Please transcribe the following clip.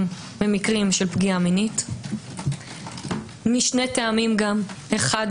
במקרים של פגיעה מינית משני טעמים: אחד,